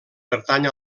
pertany